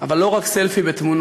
אבל לא רק סלפי בתמונות,